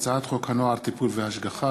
הצעת חוק הנוער (טיפול והשגחה)